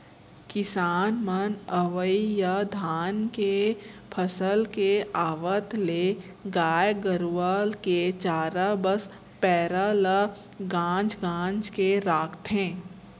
किसान मन अवइ या धान के फसल के आवत ले गाय गरूवा के चारा बस पैरा ल गांज गांज के रखथें